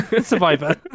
survivor